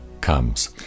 Comes